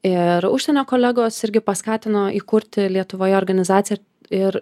ir užsienio kolegos irgi paskatino įkurti lietuvoj organizaciją ir